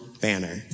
banner